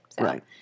Right